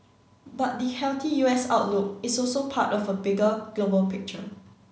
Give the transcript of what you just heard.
but the healthy U S outlook is also part of a bigger global picture